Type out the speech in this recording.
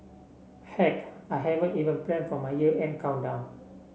heck I haven't even plan for my year and countdown